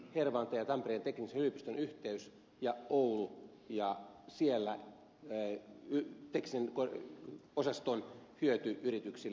hervanta ja tampereen teknillisen yliopiston yhteys ja oulu ja siellä teknisen osaston hyöty yrityksille